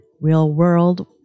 real-world